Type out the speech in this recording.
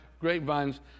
grapevines